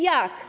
Jak?